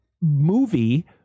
movie